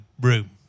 room